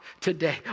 today